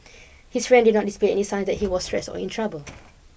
his friend did not display any signs that he was stressed or in trouble